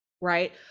right